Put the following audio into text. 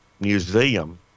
Museum